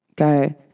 Okay